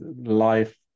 life